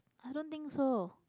i don't think so